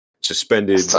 suspended